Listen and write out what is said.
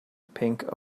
pink